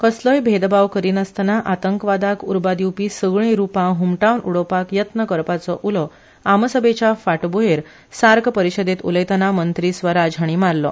कसलोय भेदभाव करिनास्तना आतंकवादाक उर्बा दिवपी सगली रुपां हमटावन उडोवपाक यत्न करपाचो उलो आमसभेच्या फांटभूयेर सार्क बसकेत उलयतना मंत्री स्वराज हांणी मारलो